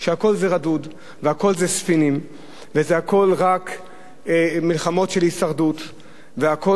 כשהכול רדוד והכול ספינים והכול רק מלחמות של הישרדות והכול